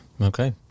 Okay